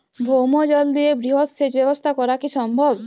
ভৌমজল দিয়ে বৃহৎ সেচ ব্যবস্থা করা কি সম্ভব?